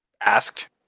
asked